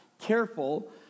careful